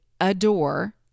adore